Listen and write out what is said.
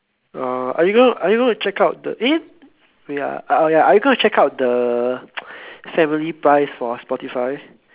uh are you gonna are you gonna check out the eh wait ah uh ah ya are you gonna check out the family price for spotify